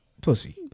pussy